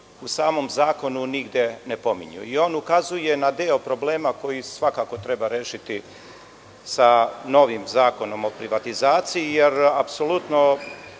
u samom zakonu nigde ne pominju. On ukazuje na deo problema koji svakako treba rešiti sa novim zakonom o privatizaciji, jer apsolutno